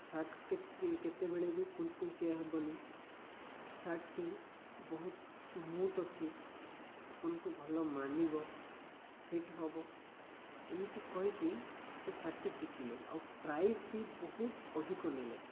shirt କେତେବେଳେ ବି କୁଞ୍ଚ କୁଞ୍ଚିଆ ହେବନି ସାର୍ଟଟି ବହୁତ ସ୍ମୁଥ ଅଛି ଆପଣଙ୍କୁ ଭଲ ମାନିବ ଫିଟ୍ ହବ ଏମିତି କହିକି ମୋତେ ସାର୍ଟଟି ବିକିଲେ ଆଉ ପ୍ରାଇସ୍ ବି ବହୁତ ଅଧିକ ନେଲେ